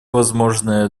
возможное